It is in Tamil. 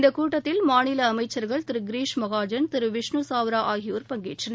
இந்த கூட்டத்தில் மாநில அமைச்சர்கள் திரு கிரிஷ் மகாஜன் திரு விஷ்ணு சாவ்ரா ஆகியோர் பங்கேற்றனர்